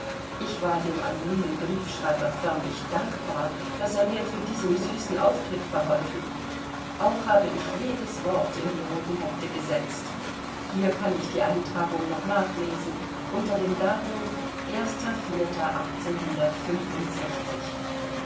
ich war dem anonymen briefschreiber förmlich dankbar daß er mir zu diesem süßen auftritt verholfen auch habe ich jedes wort in die roten hefte gesetzt hier kann ich die eintragung noch nachlesen unter dem datum